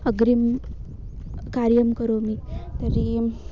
अग्रिमं कार्यं करोमि तर्हि